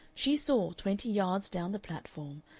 she saw, twenty yards down the platform,